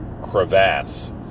crevasse